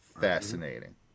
fascinating